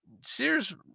Sears